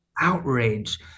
outrage